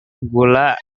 gula